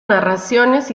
narraciones